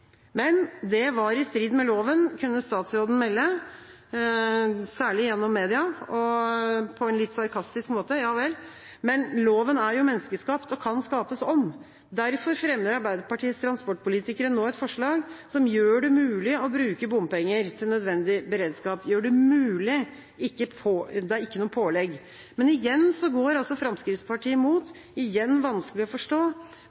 Men det var i strid med loven, kunne statsråden melde – særlig gjennom media, og på en litt sarkastisk måte. Men loven er jo menneskeskapt og kan skapes om. Derfor fremmer Arbeiderpartiets transportpolitikere nå et forslag som gjør det mulig – det er ikke noe pålegg – å bruke bompenger til nødvendig beredskap. Men igjen går Fremskrittspartiet imot, som igjen er vanskelig å forstå,